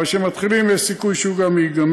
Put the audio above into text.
אבל כשמתחילים יש סיכוי שהוא גם ייגמר.